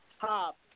top